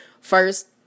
First